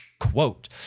quote